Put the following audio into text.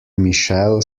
michelle